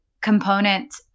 component